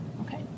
Okay